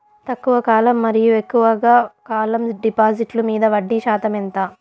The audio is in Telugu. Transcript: తక్కువ కాలం మరియు ఎక్కువగా కాలం డిపాజిట్లు మీద వడ్డీ శాతం ఎంత?